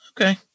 Okay